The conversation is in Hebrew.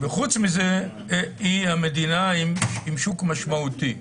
וחוץ מזה היא המדינה עם שוק משמעותי.